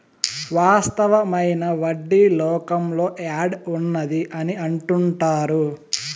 వాస్తవమైన వడ్డీ లోకంలో యాడ్ ఉన్నది అని అంటుంటారు